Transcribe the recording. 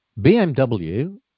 BMW